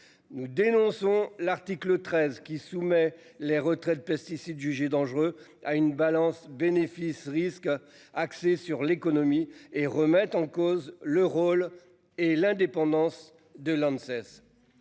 Nous dénonçons l'article 13 qui soumet les retraits de pesticides jugés dangereux à une balance bénéfice-risque axée sur l'économie et remettre en cause le rôle et l'indépendance de l'Inde